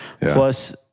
plus